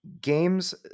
Games